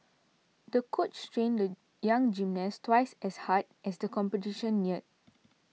the coach trained the young gymnast twice as hard as the competition neared